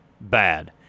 bad